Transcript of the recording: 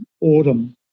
autumn